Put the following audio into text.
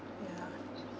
ya